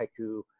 haiku